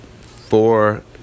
four